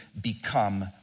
become